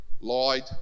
lied